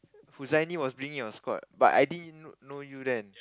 Huzaini was be in your squad but I didn't know you then